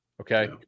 okay